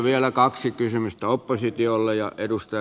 vielä kaksi kysymystä oppositiolle